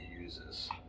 uses